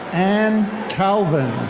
ann calvin.